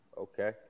Okay